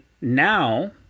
now